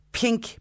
pink